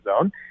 zone